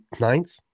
ninth